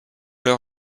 leur